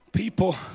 People